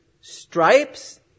stripes